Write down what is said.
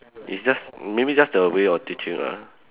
it's just maybe just the way of teaching lah